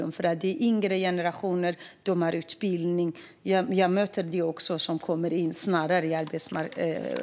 Det är en yngre generation som har utbildning, och jag möter dem som kommer in snabbare på arbetsmarknaden.